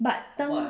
but then